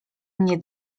mnie